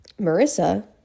Marissa